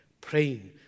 praying